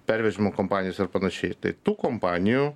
pervežimo kompanijos ir panašiai tai tų kompanijų